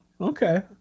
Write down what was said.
okay